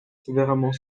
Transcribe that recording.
sévèrement